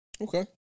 Okay